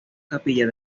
capilla